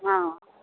हँ